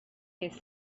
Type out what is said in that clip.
his